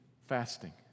fasting